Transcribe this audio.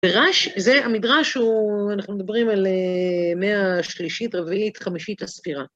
מדרש, זה המדרש הוא, אנחנו מדברים על מאה השלישית רביעית חמישית לספירה.